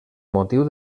motiu